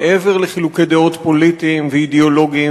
מעבר לחילוקי דעות פוליטיים ואידיאולוגיים